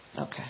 Okay